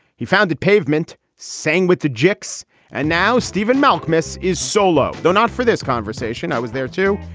he founded pavement, sang with the gics and now stephen malkmus is solo. no, not for this conversation. i was there, too.